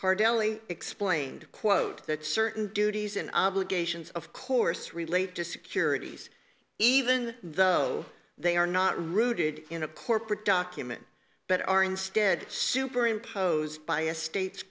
carr deli explained quote that certain duties and obligations of course relate to securities even though they are not rooted in a corporate document but are instead super imposed by a state